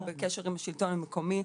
אנחנו בקשר עם השלטון המקומי,